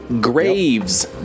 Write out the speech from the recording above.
Graves